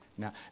Now